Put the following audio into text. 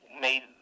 made